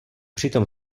přitom